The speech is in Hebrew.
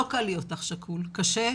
לא קל להיות אח שכול, קשה.